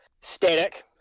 static